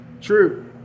True